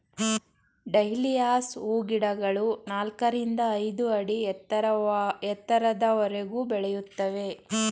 dahlias ಹೂಗಿಡಗಳು ನಾಲ್ಕರಿಂದ ಐದು ಅಡಿ ಎತ್ತರದವರೆಗೂ ಬೆಳೆಯುತ್ತವೆ